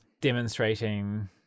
demonstrating